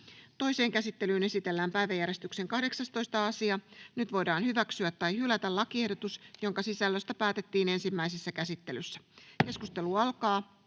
Toiseen käsittelyyn esitellään päiväjärjestyksen 11. asia. Nyt voidaan hyväksyä tai hylätä lakiehdotus, jonka sisällöstä päätettiin ensimmäisessä käsittelyssä. — Keskustelu alkaa.